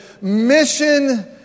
Mission